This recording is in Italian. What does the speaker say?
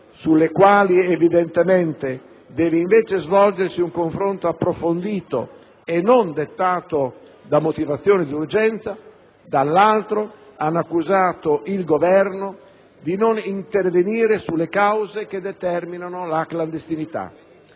sulle quali evidentemente deve invece svolgersi un confronto approfondito e non dettato da motivazioni di urgenza, dall'altro hanno accusato il Governo di non intervenire sulle cause che determinano la clandestinità